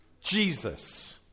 Jesus